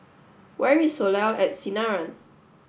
where is Soleil at Sinaran